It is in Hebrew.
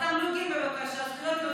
אז תמלוגים, בבקשה, זכויות יוצרים.